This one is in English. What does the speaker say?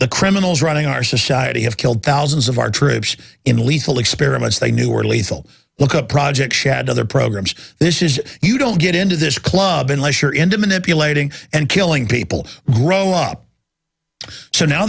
the criminals running our society have killed thousands of our troops in lethal experiments they knew were lethal look up project she had other programs this is you don't get into this club unless you're into manipulating and killing people grow up so now